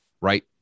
right